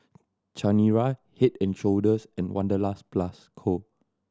Chanira Head and Shoulders and Wanderlust Plus Co